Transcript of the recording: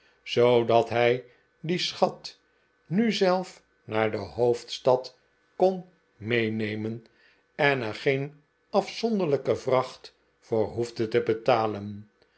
zoodat hij dien schat nu zelf naar de hoofdstad kon meenemen en er geen afzonderlijke vracht voor hoefde te betalen